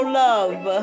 love